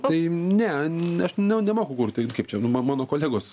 tai ne aš nemoku taip kaip čia ma mano kolegos